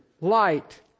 light